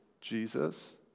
Jesus